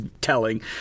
telling